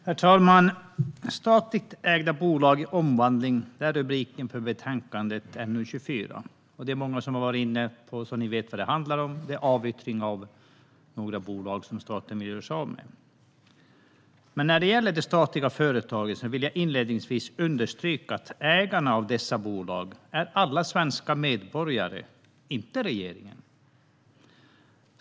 Herr talman! Statligt ägda bolag i omvandling är rubriken för betänkande NU24. Det är många som vet vad det handlar om: avyttring av några bolag som staten vill göra sig av med. Men när det gäller de statliga företagen vill jag inledningsvis understryka att ägarna av dessa bolag är alla svenska medborgare, inte regeringen.